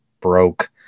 broke